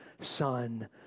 son